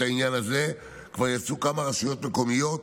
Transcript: העניין הזה כבר יצאו כמה רשויות מקומיות